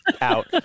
out